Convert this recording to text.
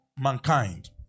mankind